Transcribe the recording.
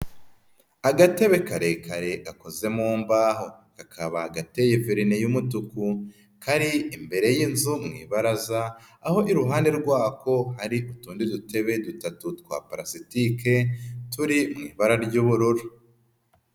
Agatebe karekare gakozemo mu mbaho kakaba gateye verineni y'umutuku, kari imbere y'inzu mui ibaraza, aho iruhande rwako hari utundi dutebe dutatu twa pulasitike turi mu ibara ry'ubururu.